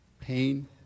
pain